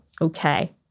Okay